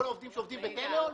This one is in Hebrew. כל מי שעובד בטלאול?